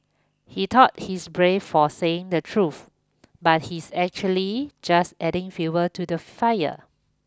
he thought he's brave for saying the truth but he's actually just adding fuel to the fire